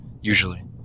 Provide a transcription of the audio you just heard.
usually